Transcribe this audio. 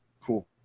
Cool